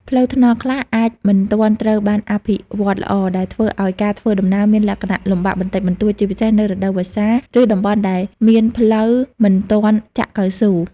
ផ្លូវថ្នល់ខ្លះអាចមិនទាន់ត្រូវបានអភិវឌ្ឍន៍ល្អ ដែលធ្វើឲ្យការធ្វើដំណើរមានលក្ខណៈលំបាកបន្តិចបន្តួច ជាពិសេសនៅរដូវវស្សា ឬតំបន់ដែលមានផ្លូវមិនទាន់ចាក់កៅស៊ូ។